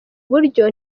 buryo